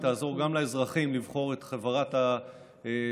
היא תעזור גם לאזרחים לבחור את חברת הסלולר